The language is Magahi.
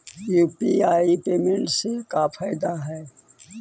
यु.पी.आई पेमेंट से का फायदा है?